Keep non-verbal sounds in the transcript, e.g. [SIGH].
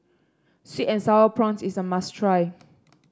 sweet and sour prawns is a must try [NOISE]